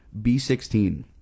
B16